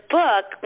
book